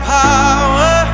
power